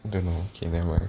don't know okay nevermind